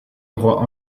droit